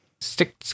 stick